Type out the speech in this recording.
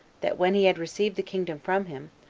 that when he had received the kingdom from him,